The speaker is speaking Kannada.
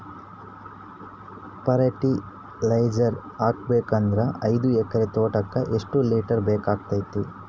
ಫರಟಿಲೈಜರ ಹಾಕಬೇಕು ಅಂದ್ರ ಐದು ಎಕರೆ ತೋಟಕ ಎಷ್ಟ ಲೀಟರ್ ಬೇಕಾಗತೈತಿ?